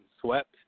swept